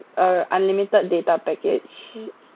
uh unlimited data package